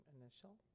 initial